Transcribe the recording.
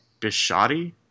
Bishotti